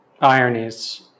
ironies